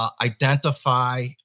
Identify